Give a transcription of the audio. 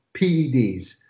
PEDs